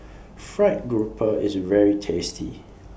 Fried Grouper IS very tasty